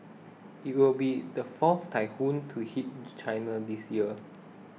it will be the fourth typhoon to hit China this year